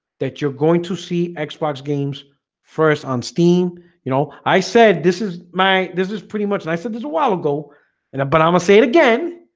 that you're going to see xbox games first on steam you know i said this is my this is pretty much and i said this a while ago and i but i'ma say it again